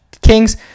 Kings